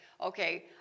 Okay